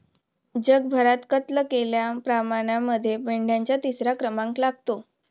जगभरात कत्तल केलेल्या प्राण्यांमध्ये मेंढ्यांचा तिसरा क्रमांक लागतो